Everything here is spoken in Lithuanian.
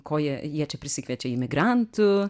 ko jie jie čia prisikviečia imigrantų